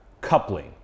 coupling